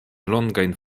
longajn